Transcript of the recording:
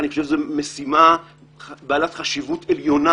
אני חושב שזאת משימה בעלת חשיבות עליונה